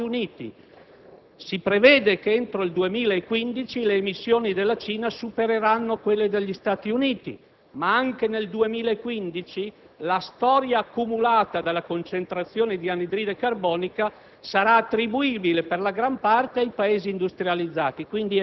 anni. In questi 200 anni la responsabilità delle emissioni accumulate dai Paesi industrializzati è largamente prevalente. Ancora nel 2004, la somma delle emissioni dell'India e della Cina coincideva esattamente